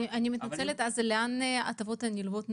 אז לאן נעלמו ההטבות הנלוות?